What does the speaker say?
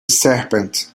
serpent